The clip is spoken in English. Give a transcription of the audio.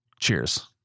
Cheers